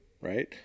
right